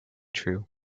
true